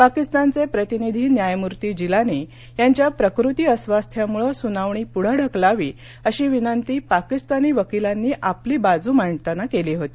पाकिस्तानचे प्रतिनिधी न्यायमूर्ती जिलानी यांच्या प्रकृती अस्वास्थ्यामुळं सुनावणी पूढे ढकलावी अशी विनंती पाकीस्तानी वकीलांनी आपली बाजू मांडताना केली होती